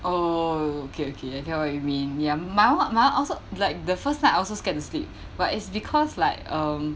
oh okay okay I get what you mean ya my one my one also like the first time I also scared to sleep but it's because like um